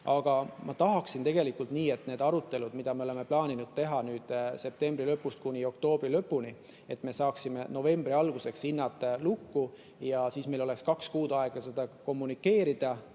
Aga ma tahaksin tegelikult, et nende arutelude põhjal, mida me oleme plaaninud teha nüüd septembri lõpust kuni oktoobri lõpuni, me saaksime novembri alguseks hinnad lukku. Siis meil oleks kaks kuud aega seda kommunikeerida,